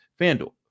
Fanduel